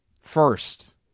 first